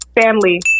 Family